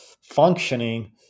functioning